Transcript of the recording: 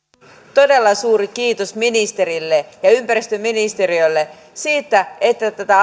todella suuri kiitos ministerille ja ja ympäristöministeriölle siitä että tätä